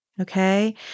Okay